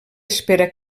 espera